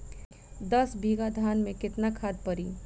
दस बिघा धान मे केतना खाद परी?